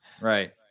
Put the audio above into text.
Right